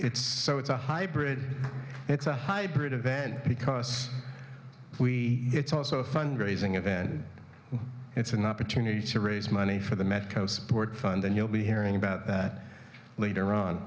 it's so it's a hybrid it's a hybrid of ben because we it's also fund raising event it's an opportunity to raise money for the medco support fund and you'll be hearing about that later on